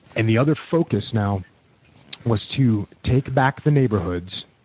and the other focus now was to take back the neighborhoods.